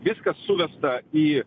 viskas suvesta į